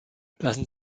lassen